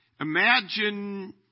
Imagine